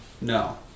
No